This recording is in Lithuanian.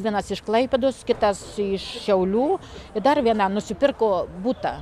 vienas iš klaipėdos kitas iš šiaulių ir dar viena nusipirko butą